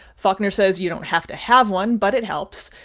faulkner says you don't have to have one, but it helps.